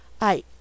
I